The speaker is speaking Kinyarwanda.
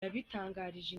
yabitangarije